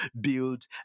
build